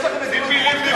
יש לכם מדיניות חוץ בכלל?